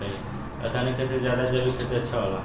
रासायनिक खेती से ज्यादा जैविक खेती अच्छा होला